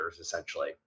essentially